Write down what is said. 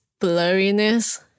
blurriness